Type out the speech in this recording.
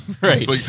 right